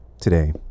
today